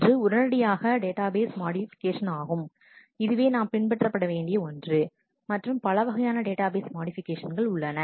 ஒன்று உடனடியான database modification ஆகும் இதுவே நாம் பின்பற்ற வேண்டிய ஒன்று மற்றும் பலவகையான டேட்டாபேஸ் மாடிஃபிகேஷன் கள் உள்ளன